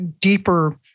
deeper